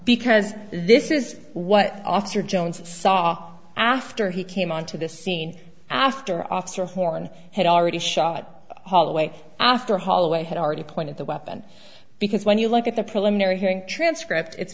because this is what officer jones saw after he came onto the scene after officer horne had already shot holloway after holloway had already pointed the weapon because when you look at the preliminary hearing transcript it's